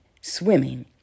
swimming